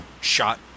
shot